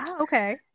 Okay